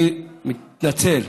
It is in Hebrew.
אני מתנצל,